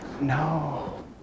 no